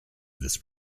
this